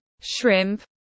shrimp